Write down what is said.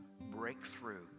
Breakthrough